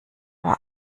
war